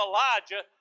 Elijah